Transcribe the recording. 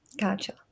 Gotcha